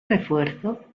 refuerzo